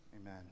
Amen